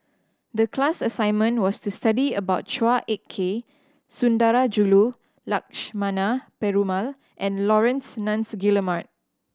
the class assignment was to study about Chua Ek Kay Sundarajulu Lakshmana Perumal and Laurence Nunns Guillemard